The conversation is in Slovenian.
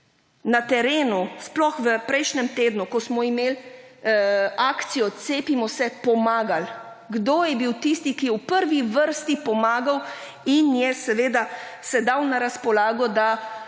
na terenu sploh v prejšnjem tednu, ko smo imeli akcijo cepimo se, pomagalo. Kdo je bil tisti, ki je v prvi vrsti pomagal in je seveda se dal na razpolago, da